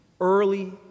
early